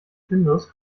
findus